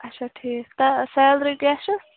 اَچھا ٹھیٖک تہٕ سیلری کیٛاہ چھِ